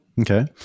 Okay